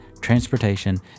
transportation